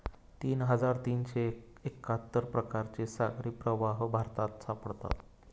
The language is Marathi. तीन हजार तीनशे एक्काहत्तर प्रकारचे सागरी प्रवाह भारतात सापडतात